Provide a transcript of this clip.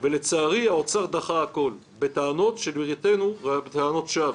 היום 10 ביולי 2019, ז' בתמוז התשע"ו,